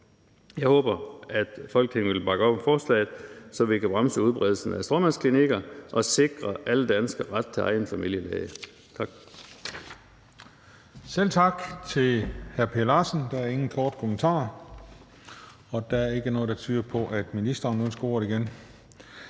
Jeg håber, at Folketinget vil bakke op om forslaget, så vi kan bremse udbredelsen af stråmandsklinikker og sikre alle danskere ret til egen familielæge.